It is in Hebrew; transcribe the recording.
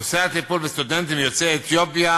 נושא הטיפול בסטודנטים יוצאי אתיופיה